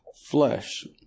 flesh